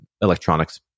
electronics